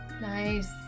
Nice